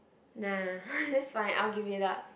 nah it's fine I'll give it up